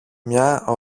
μια